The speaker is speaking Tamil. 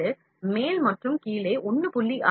12 மேல் மற்றும் கீழே 1